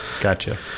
Gotcha